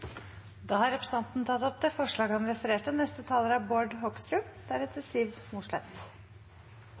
Da har representanten Tor André Johnsen tatt opp det forslaget han refererte til. Det er